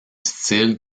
style